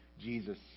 Jesus